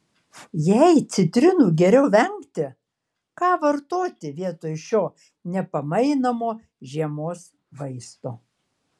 jei citrinų geriau vengti ką vartoti vietoj šio nepamainomo žiemos vaisto